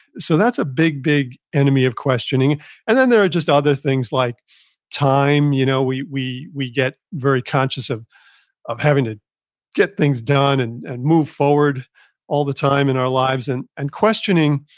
so, that's a big, big enemy of questioning and then, there are just other things like time. you know we we get very conscious of of having to get things done and and move forward all the time in our lives. and and questioning,